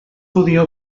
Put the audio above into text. podia